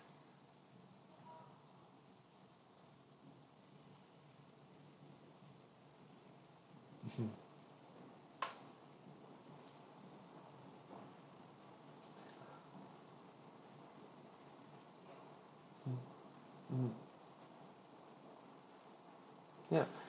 mmhmm mm ya